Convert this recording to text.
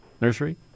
Nursery